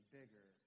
bigger